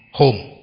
home